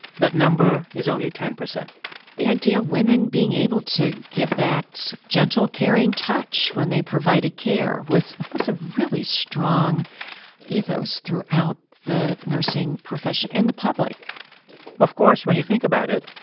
that number is only ten percent the idea of women being able to give that gentle, caring touch when they provided care was was a really strong ethos throughout the nursing profession and the public of course, when you think about it,